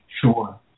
Sure